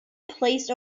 placed